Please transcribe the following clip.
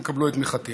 והן יקבלו את תמיכתי.